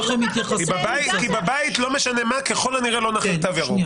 כי בבית לא משנה מה, ככל הנראה לא נחיל תו ירוק.